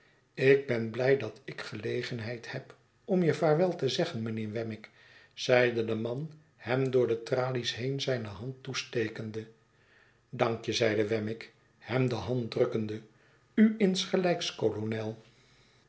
ik ben blij dat ik gelegenheid heb om je vaarwel te zeggen mijnheer wemmick zeide de man hem door de tralies heen zijne hand toestekende dank je zeide wemmick hem de hand drukkende u insgelijks kolonel